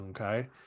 Okay